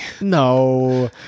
No